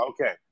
Okay